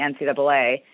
NCAA